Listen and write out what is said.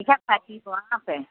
वहाँ पर